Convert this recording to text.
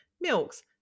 milks